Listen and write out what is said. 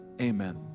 amen